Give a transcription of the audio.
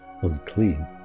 unclean